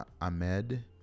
Ahmed